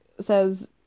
says